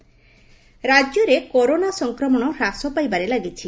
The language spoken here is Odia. କରୋନା ଓଡ଼ିଶା ରାଜ୍ୟରେ କରୋନା ସଂକ୍ରମଣ ହ୍ରାସ ପାଇବାରେ ଲାଗିଛି